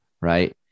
right